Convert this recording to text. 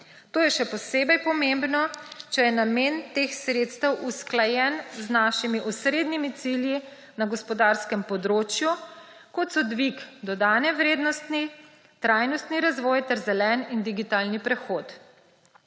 To je še posebej pomembno, če je namen teh sredstev usklajen z našimi osrednjimi cilji na gospodarskem področju, kot so dvig dodane vrednosti, trajnostni razvoj ter zelen in digitalen prehod.